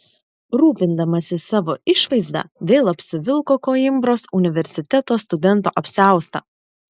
rūpindamasis savo išvaizda vėl apsivilko koimbros universiteto studento apsiaustą